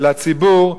לציבור,